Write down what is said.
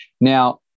now